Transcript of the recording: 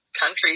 country